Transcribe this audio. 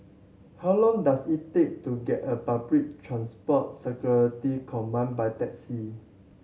how long does it take to get a Public Transport Security Command by taxi